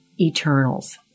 eternals